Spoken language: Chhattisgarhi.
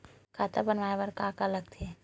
खाता बनवाय बर का का लगथे?